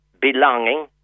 belonging